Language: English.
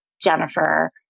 Jennifer